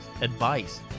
advice